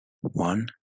One